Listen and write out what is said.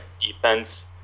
Defense